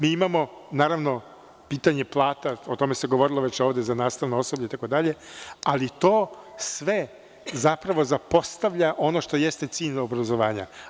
Mi imamo, naravno, pitanje plata, o tome se govorilo već ovde za nastavno osoblje itd, ali to sve zapravo zapostavlja ono što jeste cilj obrazovanja.